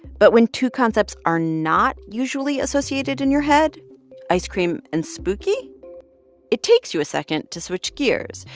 but when two concepts are not usually associated in your head ice cream and spooky it takes you a second to switch gears.